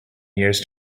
years